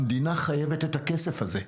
המדינה חייבת את הכסף הזה.